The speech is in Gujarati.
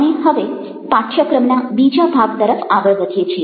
આપણે હવે પાઠ્યક્રમના બીજા ભાગ તરફ આગળ વધીએ છીએ